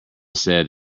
said